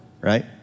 right